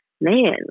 Man